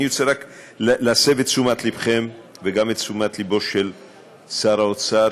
אני רוצה רק להסב את תשומת לבכם וגם את תשומת לבו של שר האוצר,